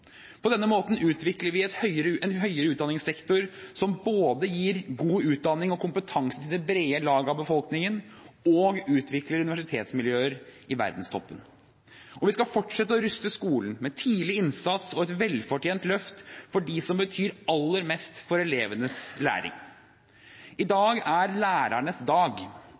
På denne måten utvikler vi en høyere utdanning-sektor som både gir god utdanning og kompetanse til det brede lag av befolkningen, og utvikler universitetsmiljøer i verdenstoppen. Vi skal fortsette å ruste skolen med tidlig innsats og et velfortjent løft for dem som betyr aller mest for elevenes læring. I dag er det lærernes dag,